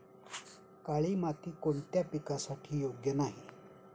काळी माती कोणत्या पिकासाठी योग्य नाही?